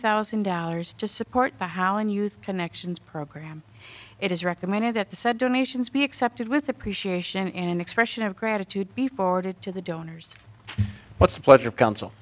thousand dollars to support the hauen youth connections program it is recommended that the said donations be accepted with appreciation and expression of gratitude be forwarded to the donors what's the pledge of coun